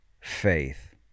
faith